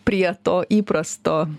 prie to įprasto